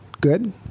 good